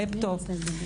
לפטופ.